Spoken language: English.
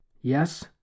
Yes